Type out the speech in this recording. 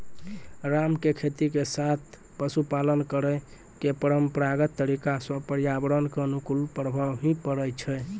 राम के खेती के साथॅ पशुपालन करै के परंपरागत तरीका स पर्यावरण कॅ अनुकूल प्रभाव हीं पड़ै छै